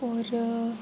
होर